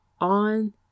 on